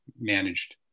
managed